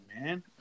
man